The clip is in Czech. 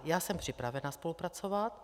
Já jsem připravena spolupracovat.